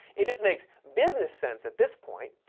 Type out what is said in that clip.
it just makes business sense at this point.